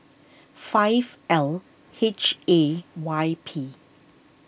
five L H A Y P